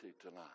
tonight